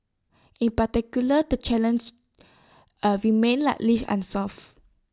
in particular the challenge are remains largely unsolved